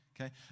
okay